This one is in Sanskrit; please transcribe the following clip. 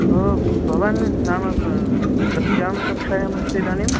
भवान् नाम कस्यां कक्षायाम् अस्ति इदानीम्